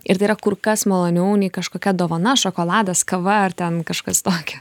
ir tai yra kur kas maloniau nei kažkokia dovana šokoladas kava ar ten kažkas tokio